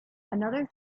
another